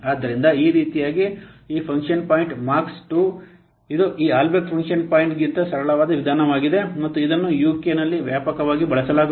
ಆದ್ದರಿಂದ ಈ ರೀತಿಯಾಗಿ ಈ ಫಂಕ್ಷನ್ ಪಾಯಿಂಟ್ ಮಾರ್ಕ್ II ಇದು ಈ ಆಲ್ಬ್ರೆಕ್ಟ್ ಫಂಕ್ಷನ್ ಪಾಯಿಂಟ್ ಗಿಂತ ಸರಳವಾದ ವಿಧಾನವಾಗಿದೆ ಮತ್ತು ಇದನ್ನು ಯುಕೆ ನಲ್ಲಿ ವ್ಯಾಪಕವಾಗಿ ಬಳಸಲಾಗುತ್ತದೆ